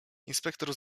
inspektor